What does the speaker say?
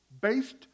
based